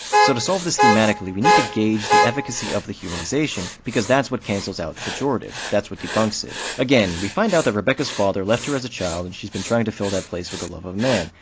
so to solve this thematically, we need to gauge the efficacy of the humanization, because that's what cancels out the pejorative, that's what debunks it. again, we find out that rebecca's father left her as a child, and she's been trying to fill that place with the love of a man.